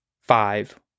five